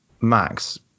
Max